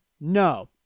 No